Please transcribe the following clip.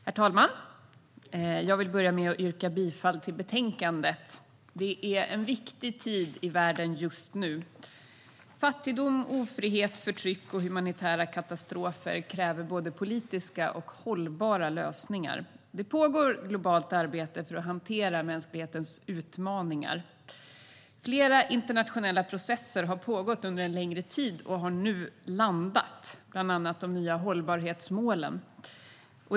Herr talman! Jag vill börja med att yrka bifall till förslaget i betänkandet. Det är en viktig tid i världen just nu. Fattigdom, ofrihet, förtryck och humanitära katastrofer kräver både politiska och hållbara lösningar. Det pågår ett globalt arbete för att hantera mänsklighetens utmaningar. Flera internationella processer har pågått under en längre tid och har nu landat, bland annat de nya hållbarhetsmålen.